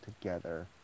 together